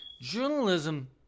Journalism